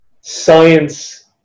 science